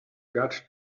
got